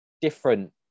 different